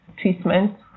treatment